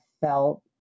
felt